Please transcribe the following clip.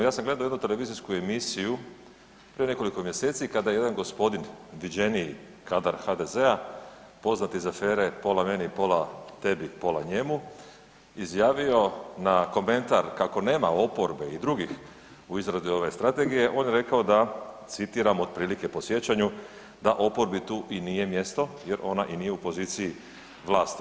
Ja sam gledao jednu televizijsku emisiju prije nekoliko mjeseci kada je jedan gospodin viđeniji kadar HDZ-a poznat iz afere „Pola meni, pola tebi, pola njemu“ izjavio na komentar kako nema oporbe i drugih u izradi ove Strategije on je rekao da, citiram otprilike po sjećanju „da oporbi tu i nije mjesto jer ona i nije u poziciji vlasti“